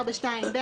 4.2ב,